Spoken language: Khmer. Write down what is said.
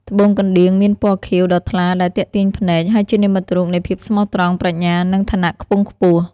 ត្បូងកណ្ដៀងមានពណ៌ខៀវដ៏ថ្លាដែលទាក់ទាញភ្នែក ហើយជានិមិត្តរូបនៃភាពស្មោះត្រង់ ប្រាជ្ញា និងឋានៈខ្ពង់ខ្ពស់។